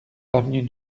avenue